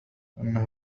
إنه